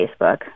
Facebook